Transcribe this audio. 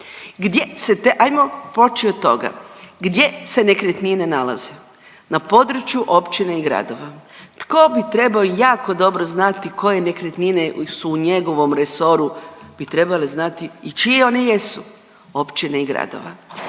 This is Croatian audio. gdje se nekretnine nalaze? Na području općina i gradova. Tko bi trebao jako dobro znati koje nekretnine su u njegovom resoru, bi trebali znati i čije one jesu? Općina i gradova.